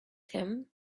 him